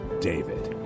David